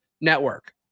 Network